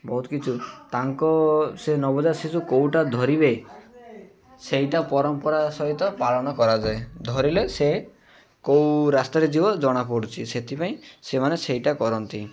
ବହୁତ କିଛି ତାଙ୍କ ସେ ନବଜାତ ଶିଶୁ କେଉଁଟା ଧରିବେ ସେଇଟା ପରମ୍ପରା ସହିତ ପାଳନ କରାଯାଏ ଧରିଲେ ସେ କେଉଁ ରାସ୍ତାରେ ଯିବ ଜଣାପଡ଼ୁଛି ସେଥିପାଇଁ ସେମାନେ ସେଇଟା କରନ୍ତି